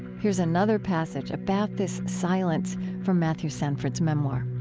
here's another passage about this silence, from matthew sanford's memoir